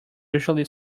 usually